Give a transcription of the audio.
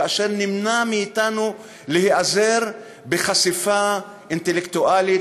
כאשר נמנע מאתנו להיעזר בחשיפה אינטלקטואלית